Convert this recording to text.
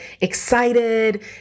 excited